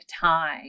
time